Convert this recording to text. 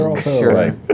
Sure